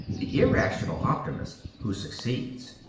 the irrational optimist who succeeds.